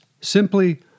Simply